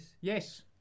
Yes